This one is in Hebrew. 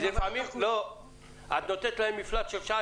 את נותנת להם מפלט של שעה,